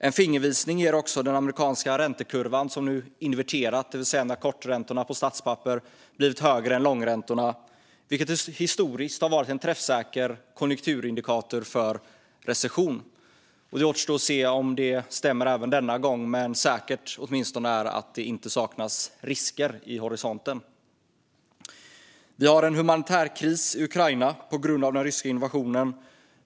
En fingervisning ger också den amerikanska räntekurvan som nu har inverterat, det vill säga när korträntorna på statspapper blivit högre än långräntorna, vilket historiskt har varit en träffsäker konjunkturindikator för recession. Det återstår att se om det stämmer även denna gång, men säkert är åtminstone att det inte saknas risker i horisonten. På grund av den ryska invasionen råder en humanitär kris i Ukraina.